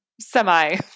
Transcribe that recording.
semi